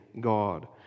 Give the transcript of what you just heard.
God